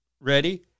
Ready